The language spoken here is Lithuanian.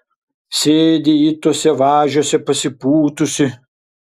sėdi ji tuose važiuose pasipūtusi